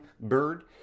bird